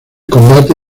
combate